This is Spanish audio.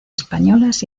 españolas